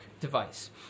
device